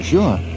Sure